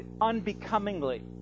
unbecomingly